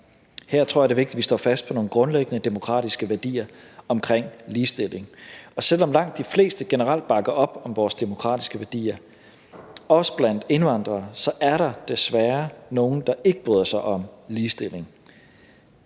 Her tror jeg, det er vigtigt, at vi står fast på nogle grundlæggende demokratiske værdier omkring ligestilling. Og selv om langt de fleste generelt bakker op om vores demokratiske værdier – også blandt indvandrere – så er der desværre nogle, der ikke bryder sig om ligestilling.